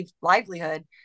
livelihood